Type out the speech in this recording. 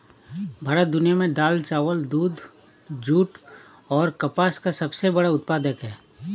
भारत दुनिया में दाल, चावल, दूध, जूट और कपास का सबसे बड़ा उत्पादक है